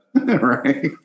Right